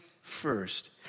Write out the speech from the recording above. first